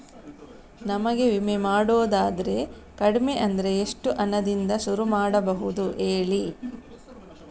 ನಮಗೆ ವಿಮೆ ಮಾಡೋದಾದ್ರೆ ಕಡಿಮೆ ಅಂದ್ರೆ ಎಷ್ಟು ಹಣದಿಂದ ಶುರು ಮಾಡಬಹುದು ಹೇಳಿ